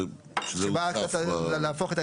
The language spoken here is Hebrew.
שבא להפוך,